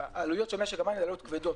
העלויות של משק המים הן עלויות כבדות.